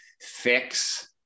fix